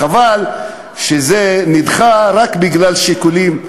חבל שזה נדחה רק בגלל שיקולים,